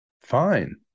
fine